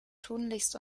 tunlichst